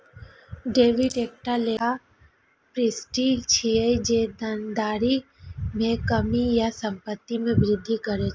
debit एकटा लेखा प्रवृष्टि छियै, जे देनदारी मे कमी या संपत्ति मे वृद्धि करै छै